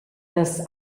las